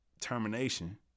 termination